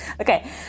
Okay